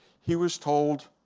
he was told.